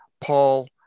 Paul